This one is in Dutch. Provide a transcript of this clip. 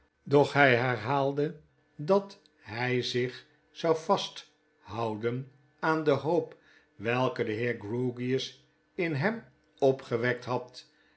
doch hy herhaalde dat hy zich zou vasthouden aan de hoop welke de heer grewgious in hem opgewekt had